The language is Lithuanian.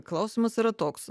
klausimas yra toks